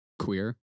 queer